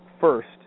first